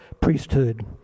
priesthood